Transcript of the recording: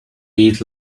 eat